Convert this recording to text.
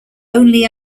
only